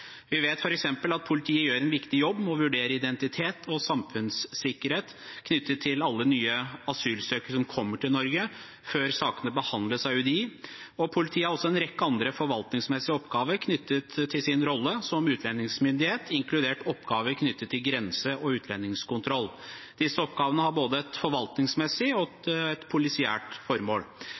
Vi vet f.eks. at politiet gjør en viktig jobb ved å vurdere identitet og samfunnssikkerhet knyttet til alle nye asylsøkere som kommer til Norge før sakene behandles av UDI. Politiet har også en rekke andre forvaltningsmessige oppgaver knyttet til sin rolle som utlendingsmyndighet, inkludert oppgaver knyttet til grense- og utlendingskontroll. Disse oppgavene har både et forvaltningsmessig og et polisiært formål.